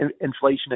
inflation